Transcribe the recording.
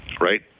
right